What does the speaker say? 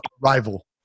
rival